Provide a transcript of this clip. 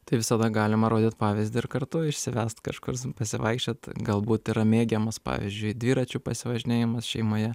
tai visada galima rodyt pavyzdį ir kartu išsivest kažkur pasivaikščiot galbūt yra mėgiamas pavyzdžiui dviračių pasivažinėjimas šeimoje